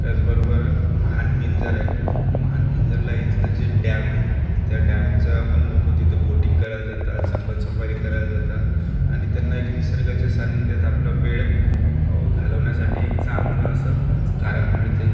त्याचबरोबर महान पिंजर आहे तर महान पिंजरला इथलं जे डॅम आहे त्या डॅमचं पण लोकं तिथं बोटिंग करायला जातात जंगल सफारी करायला जातात आणि त्यांना एक निसर्गाच्या सान्निध्यात आपला वेळ घालवण्यासाठी एक चांगलं असं कारण मिळते